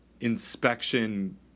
inspection